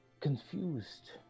Confused